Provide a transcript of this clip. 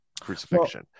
crucifixion